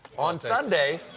on sunday,